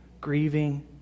grieving